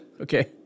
Okay